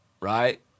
right